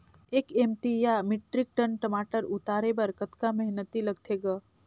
एक एम.टी या metric ton टमाटर उतारे बर कतका मेहनती लगथे ग?